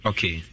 Okay